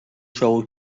چاقو